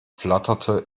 flatterte